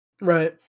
Right